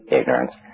ignorance